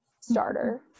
starter